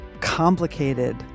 complicated